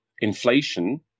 inflation